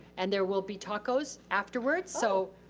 and there will be tacos afterwards, so